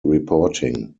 reporting